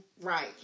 right